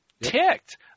ticked